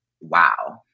wow